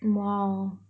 !wow!